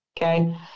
Okay